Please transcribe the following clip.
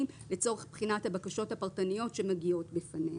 לצורך בחינת הבקשות הפרטניות שמגיעות אליה.